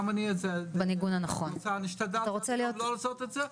זה גם אני יכול ואני השתדלתי מאוד לא לעשות את זה.